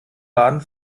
baden